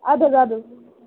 اَدٕ حظ اَدٕ حظ